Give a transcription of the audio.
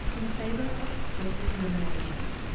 in favour of self-determination.